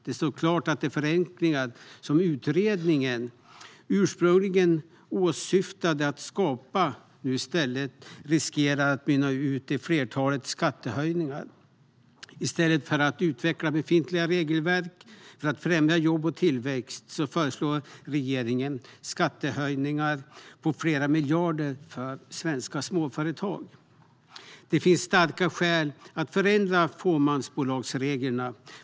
Det står klart att de förenklingar som utredningen ursprungligen åsyftade att skapa nu i stället riskerar att mynna ut i ett flertal skattehöjningar. I stället för att utveckla befintliga regelverk för att främja jobb och tillväxt föreslår regeringen skattehöjningar på flera miljarder för svenska småföretag. Det finns starka skäl att förändra fåmansbolagsreglerna.